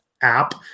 app